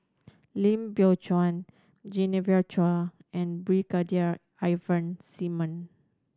Lim Biow Chuan Genevieve Chua and Brigadier Ivan